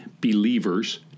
believers